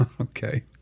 Okay